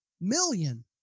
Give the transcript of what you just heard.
million